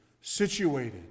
Situated